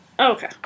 okay